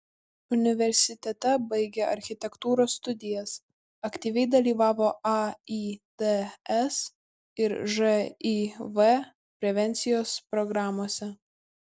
universitete baigė architektūros studijas aktyviai dalyvavo aids ir živ prevencijos programose